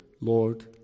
Lord